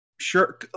sure